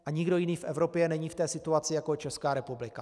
A nikdo jiný v Evropě není v situaci jako Česká republika.